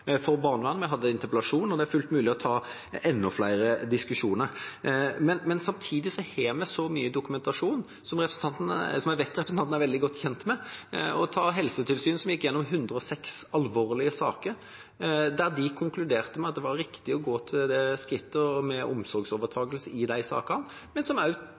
for barnevernet. Vi hadde en interpellasjon, og det er fullt mulig å ha enda flere diskusjoner. Samtidig har vi så mye dokumentasjon, som jeg vet representanten er veldig godt kjent med – ta Helsetilsynet, som gikk gjennom 106 alvorlige saker, der de konkluderte med at det var riktig å gå til det skritt med omsorgsovertakelse i de sakene, men